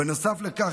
נוסף לכך,